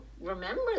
remember